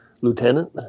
lieutenant